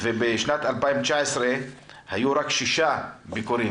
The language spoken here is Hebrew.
ובשנת 2019 היו רק 6 ביקורים.